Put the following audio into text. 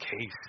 case